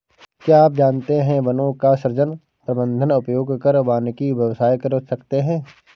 क्या आप जानते है वनों का सृजन, प्रबन्धन, उपयोग कर वानिकी व्यवसाय कर सकते है?